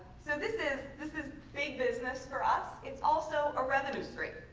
so this is this is big business for us. it's also a revenue stream.